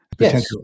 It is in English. Yes